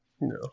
No